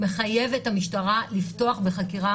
חייבת המשטרה לפתוח בחקירה,